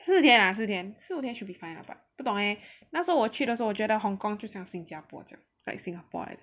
四天啦四天四天 should be fine ah 不懂诶那时候我去的时候我觉得 Hong Kong 就像新加坡这样 like Singapore